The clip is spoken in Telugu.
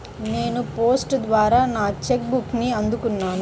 నేను పోస్ట్ ద్వారా నా చెక్ బుక్ని అందుకున్నాను